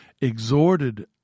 exhorted